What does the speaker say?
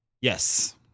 Yes